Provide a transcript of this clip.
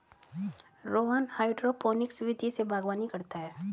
Rohan hydroponics विधि से बागवानी करता है